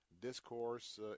Discourse